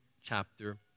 chapter